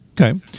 Okay